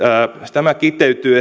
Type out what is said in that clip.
tämä kiteytyy